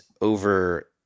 over